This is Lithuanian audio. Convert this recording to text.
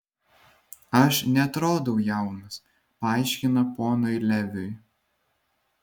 aš neatrodau jaunas paaiškina ponui leviui